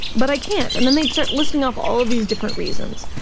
but i can't. and then they'd start listing off all of these different reasons.